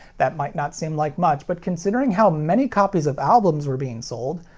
that might not seem like much, but considering how many copies of albums were being sold,